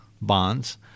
bonds